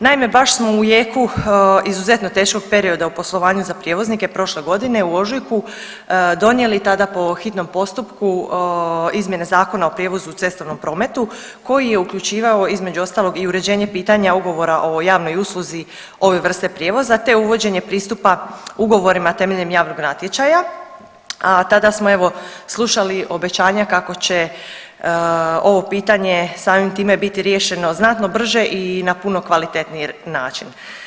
Naime, baš smo u jeku izuzetno teškog perioda u poslovanju za prijevoznike prošle godine u ožujku donijeli, tada po hitnom postupku, izmjene Zakona o prijevozu u cestovnom prometu, koji je uključivao, između ostalog i uređenje pitanja ugovora o javnoj usluzi ove vrste prijevoza te uvođenje pristupa ugovorima temeljem javnog natječaja, a tada smo, evo, slušali obećanja kako će ovo pitanje samim time biti riješeno znatno brže i na puno kvalitetniji način.